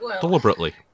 deliberately